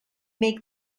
make